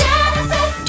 Genesis